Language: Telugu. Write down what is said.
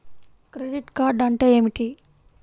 క్రెడిట్ కార్డ్ అంటే ఏమిటి?